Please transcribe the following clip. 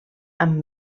amb